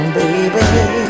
baby